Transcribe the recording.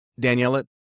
Daniela